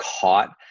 caught